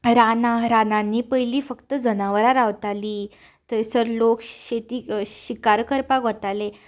रानां रानांनी पयलीं फक्त जनावरां रावतालीं थंयसर लोक शेती शिकार करपाक वताले